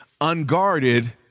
unguarded